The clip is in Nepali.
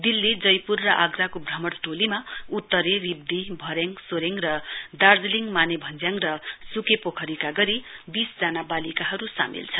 दिल्लीजयपूर र आग्राको भ्रमण टोलीमा उत्तरे रिब्दीभरेङसोरेङ र दार्जीलिङ माने भङ्क्याङ र सुकेपोखरीका गरी बीस जना वालिकाहरु सामेल छन्